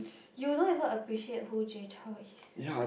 you don't even appreciate who Jay-Chou is